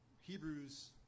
Hebrews